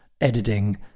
editing